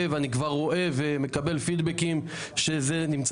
מירי רגב הודיעה חד וחלק שהרכבת המהירה תגיע עד לכיוון אילת.